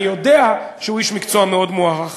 אני יודע שהוא איש מקצוע מאוד מוערך.